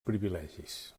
privilegis